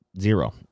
zero